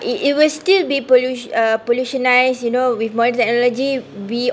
it it will still be polluti~ uh you know with modern technology we